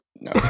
no